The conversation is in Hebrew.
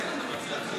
אני אסיים.